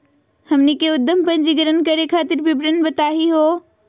हमनी के उद्यम पंजीकरण करे खातीर विवरण बताही हो?